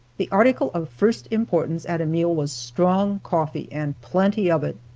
the article of first importance at a meal was strong coffee and plenty of it.